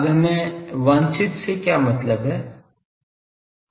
अब हमें वांछित से क्या मतलब है